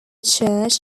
church